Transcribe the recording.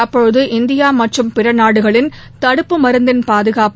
அப்போது இந்தியா மற்றும் பிற நாடுகளின் தடுப்பு மருந்தின் பாதுகாப்பு